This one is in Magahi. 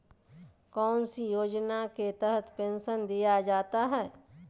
कौन सी योजना के तहत पेंसन दिया जाता है?